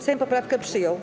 Sejm poprawkę przyjął.